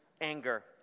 anger